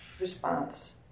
response